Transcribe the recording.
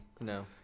No